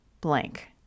blank